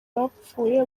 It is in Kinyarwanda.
bapfuye